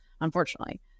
unfortunately